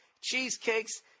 cheesecakes